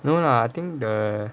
no lah I think the